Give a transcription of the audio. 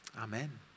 Amen